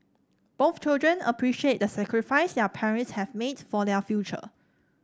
both children appreciate the sacrifice their parents have made for their future